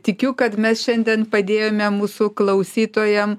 tikiu kad mes šiandien padėjome mūsų klausytojam